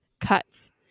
cuts